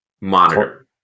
monitor